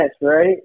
right